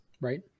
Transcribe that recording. right